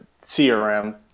CRM